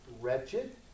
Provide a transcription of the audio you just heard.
wretched